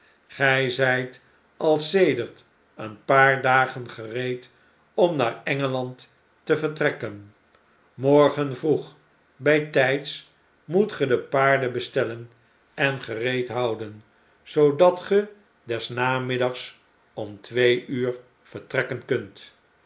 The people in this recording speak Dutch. al sedert een paar dagen gereed om naar engelandte vertrekken morgen vroeg bfltyds moet ge de paarden bestellen en gereed houden zoodat ge des namiddags om twee uur vertrekken kunt